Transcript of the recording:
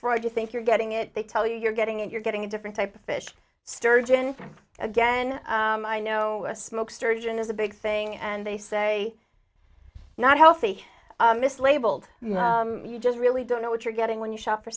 fried you think you're getting it they tell you you're getting it you're getting a different type of fish sturgeon again i know smoke sturgeon is a big thing and they say not healthy mislabelled you know you just really don't know what you're getting when you shop for